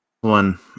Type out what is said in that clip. one